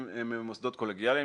מורכבים ממוסדות קולגיאליים,